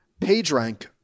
PageRank